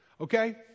okay